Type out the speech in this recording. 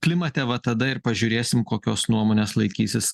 klimate va tada ir pažiūrėsim kokios nuomonės laikysis